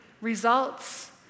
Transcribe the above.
results